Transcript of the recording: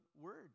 word